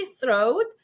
throat